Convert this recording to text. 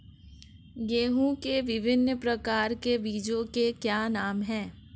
गेहूँ के विभिन्न प्रकार के बीजों के क्या नाम हैं?